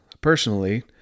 personally